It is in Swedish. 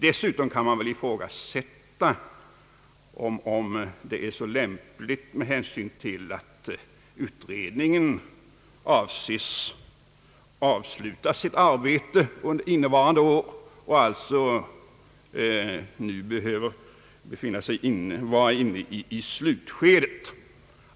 Dessutom kan man väl ifrågasätta om det är så lämpligt med hänsyn till att utredningen avser att avsluta sitt arbete under innevarande år och alltså nu bör vara inne i slutskedet.